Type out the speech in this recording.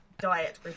diet